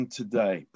today